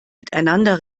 miteinander